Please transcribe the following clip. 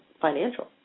financial